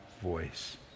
voice